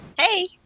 Hey